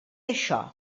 això